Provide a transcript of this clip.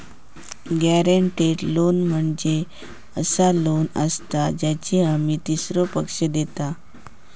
guaranteed loan म्हणजे असा loan असता ज्याची हमी तीसरो पक्ष देता